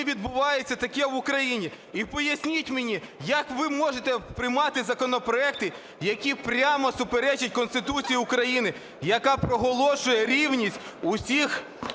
відбувається таке в Україні. І поясніть мені, як ви можете приймати законопроекти, які прямо суперечать Конституції України, яка проголошує рівність усіх